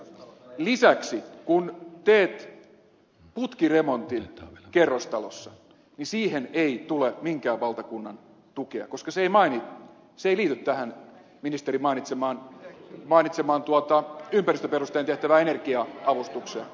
lisäksi kun teet putkiremontin kerrostalossa niin siihen ei tule minkään valtakunnan tukea koska se ei liity tähän ministerin mainitsemaan ympäristöperustein tehtävään energia avustukseen